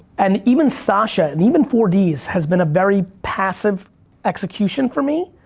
and even sasha, and even four ds, has been a very passive execution for me,